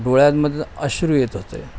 डोळ्यांमधनं अश्रू येत होते